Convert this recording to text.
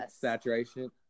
saturation